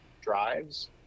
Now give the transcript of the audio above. drives